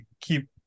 keep